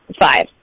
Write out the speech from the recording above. Five